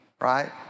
right